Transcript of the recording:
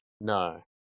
No